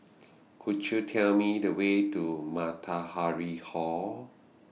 Could YOU Tell Me The Way to Matahari Hall